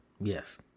Yes